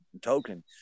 token